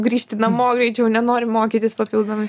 grįžti namo greičiau nenori mokytis papildomai